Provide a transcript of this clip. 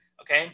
Okay